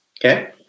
Okay